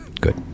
Good